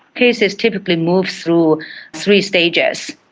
cases typically moved through three stages.